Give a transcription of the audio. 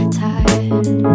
tired